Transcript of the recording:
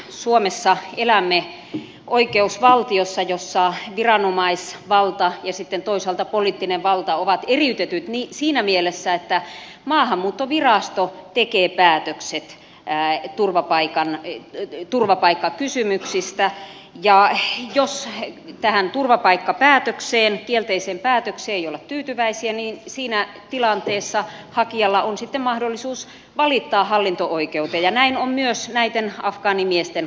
suomessa elämme oikeusvaltiossa jossa viranomaisvalta ja sitten toisaalta poliittinen valta ovat eriytetyt siinä mielessä että maahanmuuttovirasto tekee päätökset turvapaikkakysymyksistä ja jos tähän kielteiseen turvapaikkapäätökseen ei olla tyytyväisiä niin siinä tilanteessa hakijalla on sitten mahdollisuus valittaa hallinto oikeuteen ja näin on myös näiden afgaanimiesten kohdalla